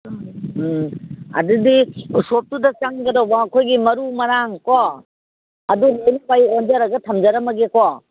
ꯎꯝ ꯑꯗꯨꯗꯤ ꯎꯁꯣꯞꯇꯨꯗ ꯆꯪꯒꯗꯧꯕ ꯑꯩꯈꯣꯏꯒꯤ ꯃꯔꯨ ꯃꯔꯥꯡꯀꯣ ꯑꯗꯨ ꯂꯣꯏꯅꯃꯛ ꯑꯩ ꯑꯣꯟꯖꯔꯒ ꯊꯝꯖꯔꯝꯃꯒꯦꯀꯣ